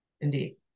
Indeed